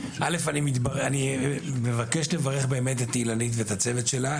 אני מבקש לברך את אילנית ואת הצוות שלה,